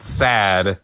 sad